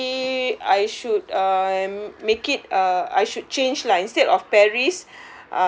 probably I should um make it uh I should change lah instead of paris